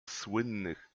słynnych